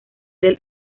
del